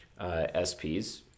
SPs